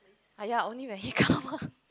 !aiya! only when he come